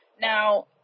Now